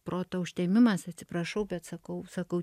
proto užtemimas atsiprašau bet sakau sakau